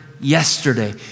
yesterday